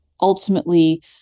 ultimately